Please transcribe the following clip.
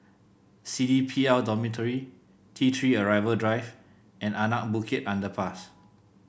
C D P L Dormitory T Three Arrival Drive and Anak Bukit Underpass